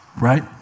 right